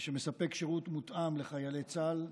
שמספק שירות מותאם לחיילי צה"ל,